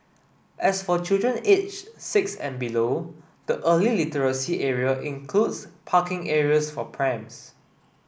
as for children aged six and below the early literacy area includes parking areas for prams